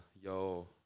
yo